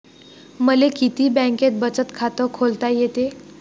मले किती बँकेत बचत खात खोलता येते?